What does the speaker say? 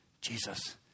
Jesus